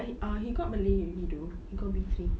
but he ah he got malay already though he got B three